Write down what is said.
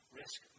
risk